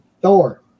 Thor